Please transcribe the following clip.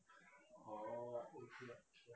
orh okay lah okay